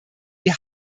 die